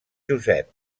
josep